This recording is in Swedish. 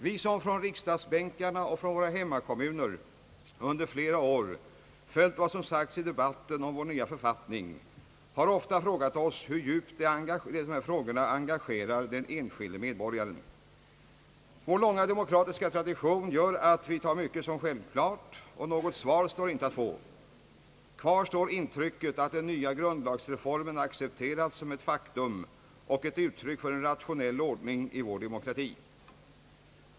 Vi som från riksdagsbänkarna och i våra hemkommuner under flera år följt vad som sagts i debatten om vår nya författning har ofta frågat oss: Hur djupt engagerar dessa frågor den enskilde medborgaren? Vår långa demokratiska tradition gör att vi tar mycket såsom självklart, och något svar står inte att få. Kvar står intrycket, att den nya grundlagsreformen accepteras som ett faktum och ett uttryck för en rationell ordning i vår demokrati.